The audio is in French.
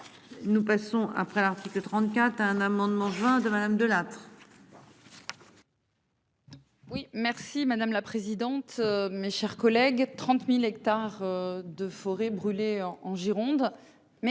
Nous passons après l'article 34 à un amendement 20 de madame Delattre.